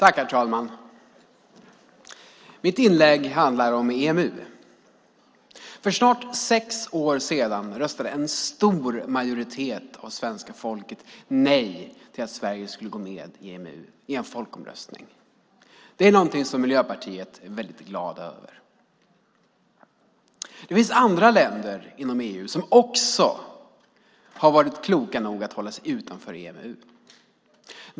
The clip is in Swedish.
Herr talman! Mitt inlägg handlar om EMU. För snart sex år sedan röstade en stor majoritet av svenska folket i en folkomröstning nej till att Sverige skulle gå med i EMU. Det är något som vi i Miljöpartiet är glada över. Det finns andra länder inom EU som också har varit kloka nog att hålla sig utanför EMU.